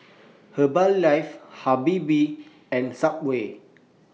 Herbalife Habibie and Subway